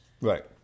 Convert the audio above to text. Right